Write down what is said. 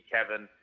Kevin